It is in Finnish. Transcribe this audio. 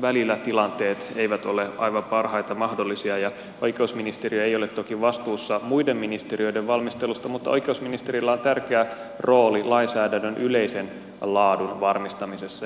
välillä tilanteet eivät ole aivan parhaita mahdollisia ja oikeusministeriö ei ole toki vastuussa muiden ministeriöiden valmistelusta mutta oikeusministerillä on tärkeä rooli lainsäädännön yleisen laadun varmistamisessa ja kehittämisessä